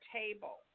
table